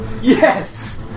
Yes